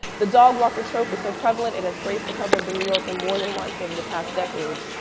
the dog walker trope is so prevalent, it has graced the cover of the new yorker more than once over the past decade.